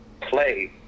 play